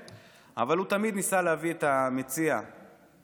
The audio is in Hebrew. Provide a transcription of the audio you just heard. אבל הוא תמיד ניסה להביא את המציע לפשרות,